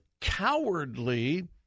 cowardly